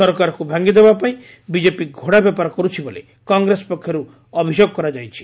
ସରକାରକୁ ଭାଙ୍ଗି ଦେବା ପାଇଁ ବିଜେପି ଘୋଡ଼ା ବେପାର କରୁଛି ବୋଲି କଂଗ୍ରେସ ପକ୍ଷରୁ ଅଭିଯୋଗ କରାଯାଇଛି